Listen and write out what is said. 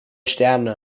sterne